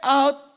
out